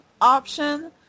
option